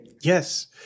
Yes